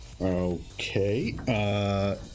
okay